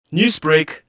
Newsbreak